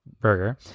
burger